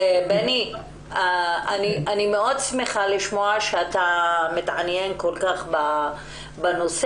אני שמחה מאוד לשמוע שאתה מתעניין כל כך בנושא